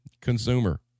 Consumer